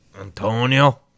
Antonio